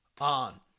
on